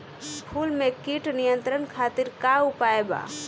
फूल में कीट नियंत्रण खातिर का उपाय बा?